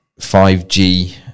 5G